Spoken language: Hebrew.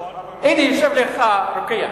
הנה, יושב לך רוקח.